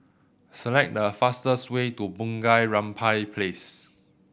select the fastest way to Bunga Rampai Place